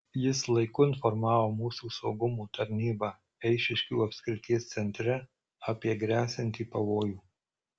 jis laiku informavo mūsų saugumo tarnybą eišiškių apskrities centre apie gresianti pavojų